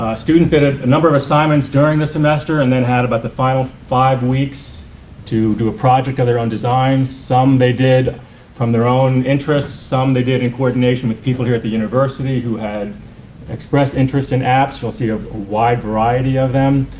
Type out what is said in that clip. students that had a number of assignments during the semester and then had about the final five weeks to do a project of their own designs. some they did from their own interest, some they did in coordination with people here at the university who had expressed interests in apps. you'll see a wide variety of them.